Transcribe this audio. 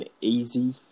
easy